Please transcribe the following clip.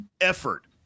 effort